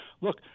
Look